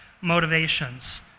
motivations